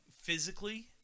Physically